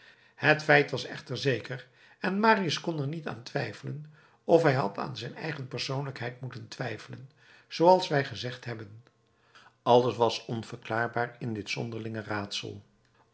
het feit was echter zeker en marius kon er niet aan twijfelen of hij had aan zijn eigen persoonlijkheid moeten twijfelen zooals wij gezegd hebben alles was onverklaarbaar in dit zonderlinge raadsel